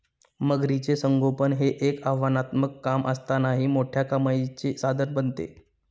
मगरीचे संगोपन हे एक आव्हानात्मक काम असतानाही मोठ्या कमाईचे साधन बनते